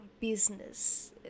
business